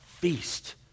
Feast